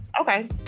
Okay